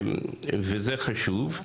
זה חשוב.